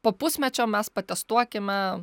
po pusmečio mes patestuokime